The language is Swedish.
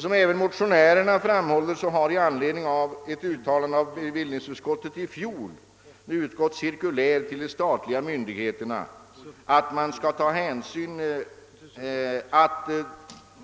Som motionärerna framhållit har det i anledning av ett uttalande av bevillningsutskottet i fjol utgått cirkulär till de statliga myndigheterna att man